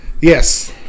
Yes